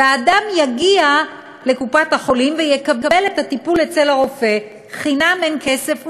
והאדם יגיע לקופת-החולים ויקבל את הטיפול אצל הרופא חינם אין כסף,